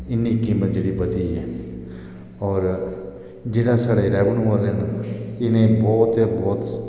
इन्नी कीमत जेह्ड़ी ऐ बधी ऐ होर जेह्ड़ा साढ़े रेवन्यू आह्ले न इनें बहुत गै बहुत